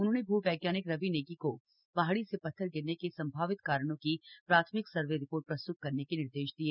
उन्होंने भू वैज्ञानिक रवि नेगी को पहाड़ी से पत्थर गिरने के संभावित कारणों की प्राथमिक सर्वे रिपोर्ट प्रस्त्त करने के निर्देश दिए